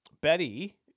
Betty